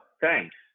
thanks